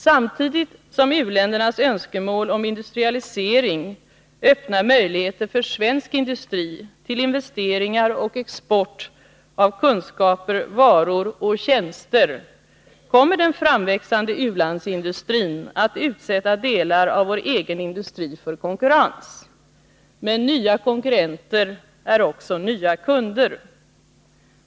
Samtidigt som u-ländernas önskemål om industrialisering öppnar möjligheter för svensk industri till investeringar och export av kunskaper, varor och tjänster, kommer den framväxande u-landsindustrin att utsätta delar av vår egen industri för konkurrens. Men nya konkurrenter är också nya kunder.